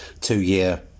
two-year